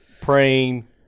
praying